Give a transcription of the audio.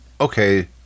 okay